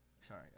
Sorry